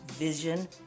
Vision